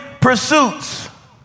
pursuits